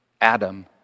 Adam